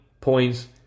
points